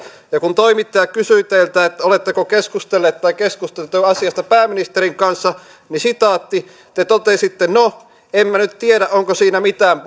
ja kun toimittaja kysyi teiltä että oletteko keskustellut tai keskusteletteko asiasta pääministerin kanssa niin te totesitte no en mä nyt tiedä onko siinä mitään